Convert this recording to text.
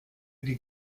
die